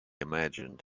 imagined